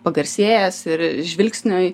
pagarsėjęs ir žvilgsniui